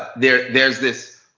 there's there's this